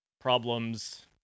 problems